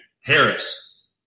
Harris